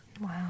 Wow